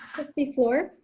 trustee fluor.